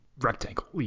rectangle